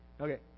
Okay